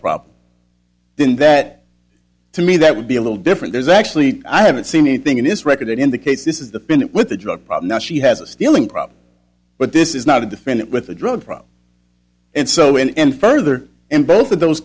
problem then that to me that would be a little different there's actually i haven't seen anything in this record indicates this is the pin with the drug problem that she has a stealing problem but this is not a defendant with a drug problem and so and further and both of those